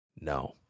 No